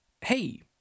Hey